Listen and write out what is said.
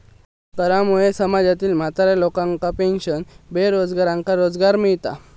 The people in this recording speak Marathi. करामुळे समाजातील म्हाताऱ्या लोकांका पेन्शन, बेरोजगारांका रोजगार मिळता